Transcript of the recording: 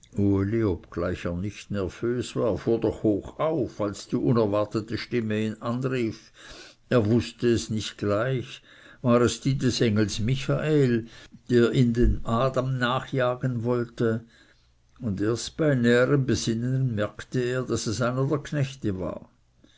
obgleich er nicht nervös war fuhr doch hochauf als die unerwartete stimme ihn anrief er wußte es nicht gleich war es die des engels michael der ihn dem adam nachjagen wolle und erst bei näherem besinnen merkte er daß es einer der knechte war